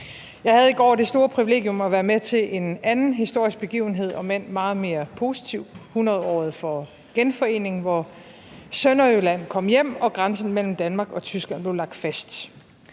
Jeg havde i går det store privilegium at være med til en anden historisk begivenhed, omend meget mere positiv, nemlig hundredåret for genforeningen, hvor Sønderjylland kom hjem og grænsen mellem Danmark og Tyskland blev lagt fast.